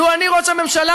לו אני ראש הממשלה,